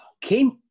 came